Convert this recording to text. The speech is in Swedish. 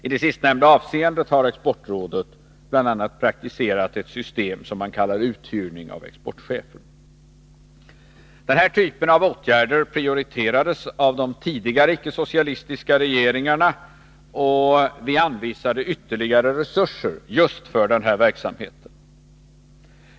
I det sistnämnda avseendet har Exportrådet bl.a. praktiserat ett system som man kallar Den här typen av åtgärder prioriterades av de tidigare, icke-socialistiska regeringarna, och vi anvisade ytterligare resurser just för den verksamheten.